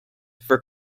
for